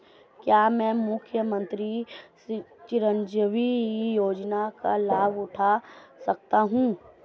क्या मैं मुख्यमंत्री चिरंजीवी योजना का लाभ उठा सकता हूं?